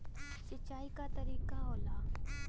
सिंचाई क तरीका होला